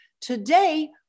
Today